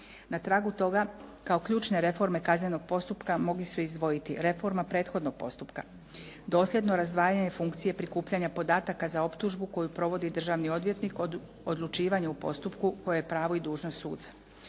Na tragu toga kao ključne reforme kaznenog postupka mogu se izdvojiti reforma prethodnog postupka, dosljedno razdvajanje funkcije prikupljanja podataka za optužbu koju provodi državni odvjetnik od odlučivanja u postupku koje je pravo i dužnost suca.